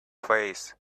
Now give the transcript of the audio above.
face